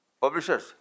publishers